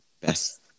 best